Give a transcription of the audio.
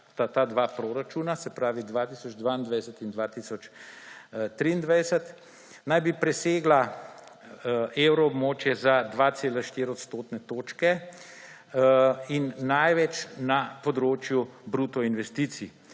ta dva proračuna, se pravi 2022 in 2023, naj bi presegla evroobmočje za 2,4 odstotne točke in največ na področju bruto investicij.